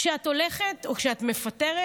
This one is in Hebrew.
כשאת הולכת או כשאת מפטרת,